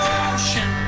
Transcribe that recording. ocean